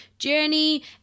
Journey